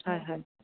হয় হয়